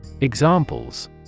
Examples